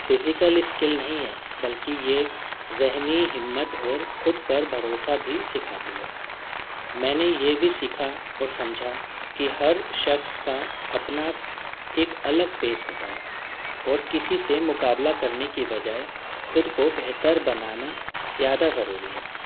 physical skill نہیں ہے بلکہ یہ ذہنی ہمت اور خود پر بھروسہ بھی سکھاتی ہے میں نے یہ بھی سیکھا اور سمجھا کہ ہر شخص کا اپنا ایک الگ پیس ہوتا ہے اور کسی سے مقابلہ کرنے کی بجائے خود کو بہتر بنانا زیادہ ضروری ہے